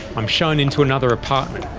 i'm shown into another apartment,